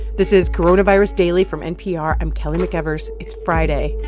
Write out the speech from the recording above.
this is coronavirus daily, from npr. i'm kelly mcevers. it's friday,